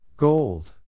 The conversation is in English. Gold